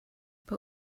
but